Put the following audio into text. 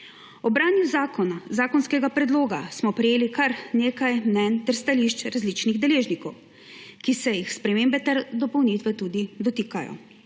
branju zakonskega predloga smo prejeli kar nekaj mnenj ter stališč različnih deležnikov, ki se jih spremembe ter dopolnitve tudi dotikajo.